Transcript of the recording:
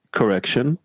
correction